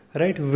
right